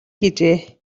гэжээ